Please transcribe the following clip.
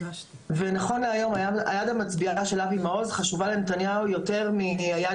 נכון להיום היד המצביעה של אבי מעוז חשובה לנתניהו יותר מהיד